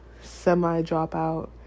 semi-dropout